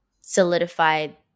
solidified